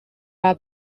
are